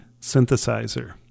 synthesizer